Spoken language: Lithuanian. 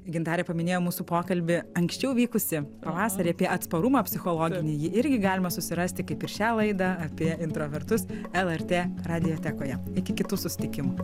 gintarė paminėjo mūsų pokalbį anksčiau vykusį pavasarį apie atsparumą psichologinį jį irgi galima susirasti kaip ir šią laidą apie introvertus lrt radiotekoje iki kitų susitikimų